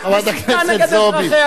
מסיתה נגד אזרחיה,